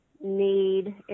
need